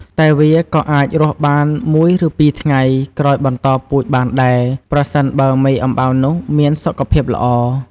តែវាក៏អាចរស់បាន១ ឬ២ថ្ងៃ ក្រោយបន្តពូជបានដែរ ប្រសិនបើមេអំបៅនោះ មានសុខភាពល្អ។